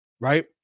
Right